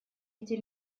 эти